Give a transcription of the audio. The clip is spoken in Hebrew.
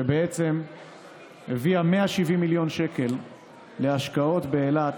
שבעצם הביאה 170 מיליון שקל להשקעות באילת